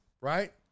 right